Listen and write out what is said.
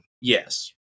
Yes